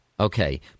Okay